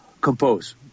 compose